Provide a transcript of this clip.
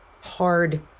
hard